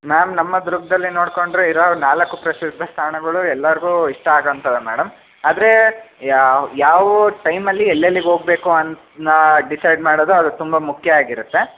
ma'am ನಮ್ಮ ದುರ್ಗದಲ್ಲೇ ನೋಡಿಕೊಂಡ್ರೆ ಇರೋ ನಾಲ್ಕು ಪ್ರಸಿದ್ಧ ತಾಣಗಳು ಎಲ್ಲರ್ಗೂ ಇಷ್ಟ ಆಗೋ ಅಂಥವೇ ಮೇಡಮ್ ಆದರೆ ಯಾವ ಯಾವ ಟೈಮಲ್ಲಿ ಎಲ್ಲೆಲ್ಲಿಗೆ ಹೋಗ್ಬೇಕು ಡಿಸೈಡ್ ಮಾಡೋದು ಅದು ತುಂಬ ಮುಖ್ಯ ಆಗಿರುತ್ತೆ